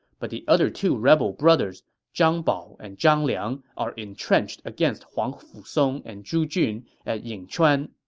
but the other two rebel brothers, zhang bao and zhang liang, are entrenched against huangfu song and zhu jun at yingchuan.